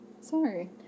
sorry